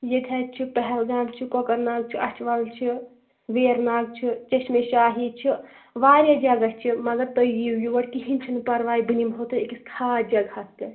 ییٚتہِ حظ چھُ پہَلگام چھُ کۄکَرناگ چھُ اچھٕوَل چھُ ویرناگ چھُ چشمہ شاہی چھُ واریاہ جگہ چھُ مگرتُہی یِیو یور کہینۍ چھُنہٕ پرواے بہٕ نِمہو تُہۍ أکس خاص جگہس پٮ۪ٹھ